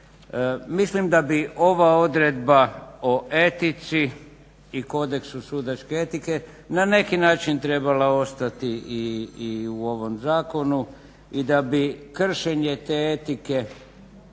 Mislim da bi ova odredba o etici i kodeksu sudačke etike na neki način trebao ostati i u ovom zakonu i da bi kršenje te etike,